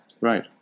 Right